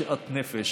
בשאט נפש,